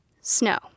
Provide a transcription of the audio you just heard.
Snow